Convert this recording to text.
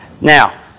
Now